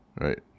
right